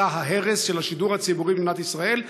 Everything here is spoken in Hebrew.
מסע ההרס של השידור הציבורי במדינת ישראל.